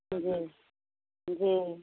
जी जी